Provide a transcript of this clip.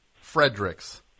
Fredericks